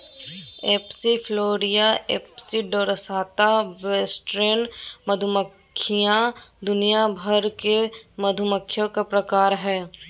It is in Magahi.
Apis florea, Apis dorsata, western मधुमक्खी दुनिया भर के मधुमक्खी के प्रकार हय